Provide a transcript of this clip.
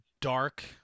dark